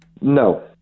No